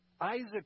Isaac